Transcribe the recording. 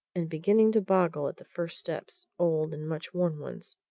and beginning to boggle at the first steps old and much worn ones,